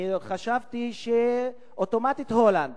אני חשבתי שאוטומטית הולנד.